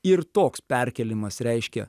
ir toks perkėlimas reiškia